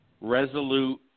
resolute